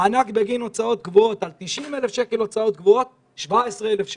מענק בגין הוצאות קבועות 17,000. על 90,000 הוצאות קבועות 17,000 ש"ח.